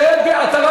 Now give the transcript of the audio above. שב במקומך.